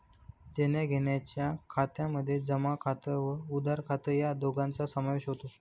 देण्याघेण्याच्या खात्यामध्ये जमा खात व उधार खात या दोघांचा समावेश होतो